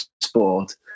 sport